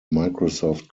microsoft